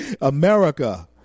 America